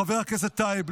חבר הכנסת טייב?